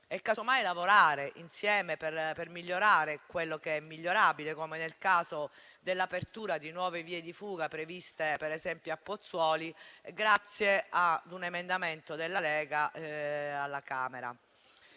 e, casomai, lavorare insieme per migliorare quello che è migliorabile, come nel caso dell'apertura di nuove vie di fuga previste per esempio a Pozzuoli, grazie a un emendamento della Lega presentato